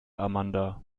amanda